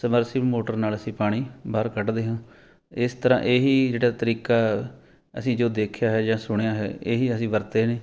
ਸਮਰਸੀ motor ਨਾਲ ਅਸੀਂ ਪਾਣੀ ਬਾਹਰ ਕੱਢਦੇ ਹਾਂ ਇਸ ਤਰ੍ਹਾਂ ਇਹੀ ਜਿਹੜਾ ਤਰੀਕਾ ਅਸੀਂ ਜੋ ਦੇਖਿਆ ਹੈ ਜਾਂ ਸੁਣਿਆ ਹੈ ਇਹੀ ਅਸੀਂ ਵਰਤੇ ਨੇ